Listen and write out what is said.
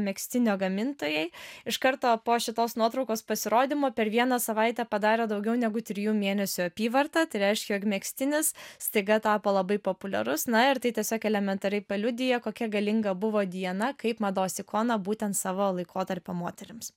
megztinio gamintojai iš karto po šitos nuotraukos pasirodymo per vieną savaitę padarė daugiau negu trijų mėnesių apyvartą tai reiškia jog megztinis staiga tapo labai populiarus na ir tai tiesiog elementariai paliudija kokia galinga buvo diana kaip mados ikona būtent savo laikotarpio moterims